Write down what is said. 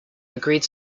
agreed